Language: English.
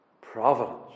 Providence